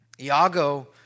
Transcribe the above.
Iago